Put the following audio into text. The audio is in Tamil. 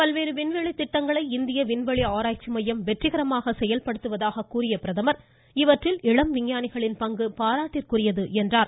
பல்வேறு விண்வெளி திட்டங்களை இந்திய விண்வெளி ஆராய்ச்சிமையம் வெற்றிகரமாக கூறிய பிரதமர் இவற்றில் இளம் விஞ்ஞானிகளின் பங்கு பாராட்டுக்குரியது என்றார்